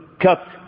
Cut